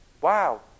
wow